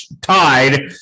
tied